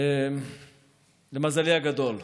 למזלי הגדול,